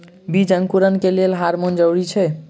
बीज अंकुरण लेल केँ हार्मोन जरूरी छै?